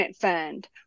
fund